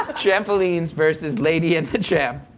ah trampolines versus lady and the tramp.